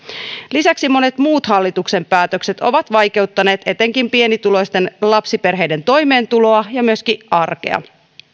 lisäksi monet muut hallituksen päätökset ovat vaikeuttaneet etenkin pienituloisten lapsiperheiden toimeentuloa ja myöskin arkea